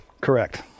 Correct